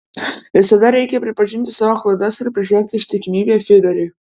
visada reikia pripažinti savo klaidas ir prisiekti ištikimybę fiureriui